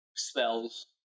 spells